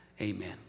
amen